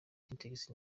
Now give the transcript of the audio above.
sintex